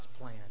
plan